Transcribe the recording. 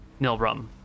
Nilrum